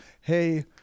Hey